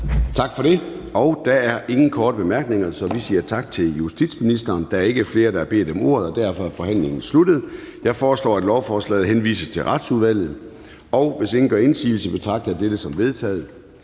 Tak for det. Der er ingen korte bemærkninger, så vi siger tak til justitsministeren. Der er ikke flere, der har bedt om ordet, og derfor er forhandlingen sluttet. Jeg foreslår, at lovforslaget henvises til Retsudvalget. Hvis ingen gør indsigelse, betragter jeg dette som vedtaget.